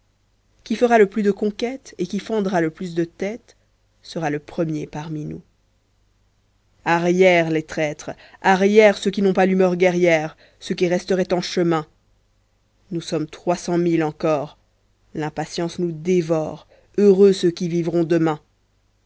qui fera le plus de conquêtes et qui fendra le plus de têtes sera le premier parmi nous arrière les traîtres arrière ceux qui n'ont pas l'humeur guerrière ceux qui resteraient en chemin nous sommes trois cent mille encore l'impatience nous dévore heureux ceux qui vivront demain